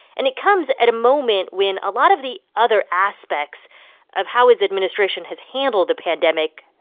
and it comes at a moment when a lot of the other aspects of how his administration has handled the pandemic,